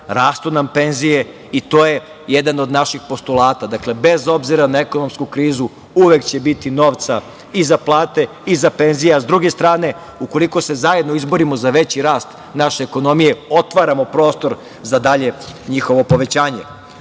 rastu nam penzije i to je jedan od naših postulata. Bez obzira na ekonomsku krizu, uvek će biti novca i za plate i za penzije, a sa druge strane, ukoliko se zajedno izborimo za veći rast naše ekonomije otvaramo prostor za dalje njihovo povećanje. Ukratko,